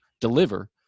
deliver